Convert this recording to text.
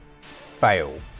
fail